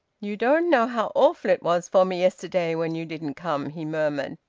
you don't know how awful it was for me yesterday when you didn't come! he murmured.